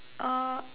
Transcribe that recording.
uh